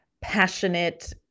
passionate